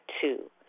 two